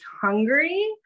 hungry